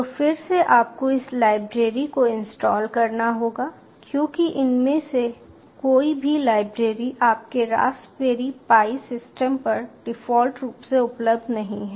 तो फिर से आपको इस लाइब्रेरी को इंस्टॉल करना होगा क्योंकि इनमें से कोई भी लाइब्रेरी आपके रास्पबेरी पाई सिस्टम पर डिफ़ॉल्ट रूप से उपलब्ध नहीं है